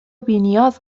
بینیاز